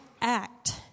act